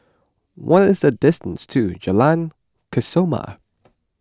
what is the distance to Jalan Kesoma